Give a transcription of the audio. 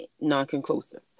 non-conclusive